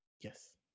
Yes